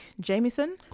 jamieson